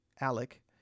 Alec